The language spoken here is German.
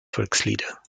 volkslieder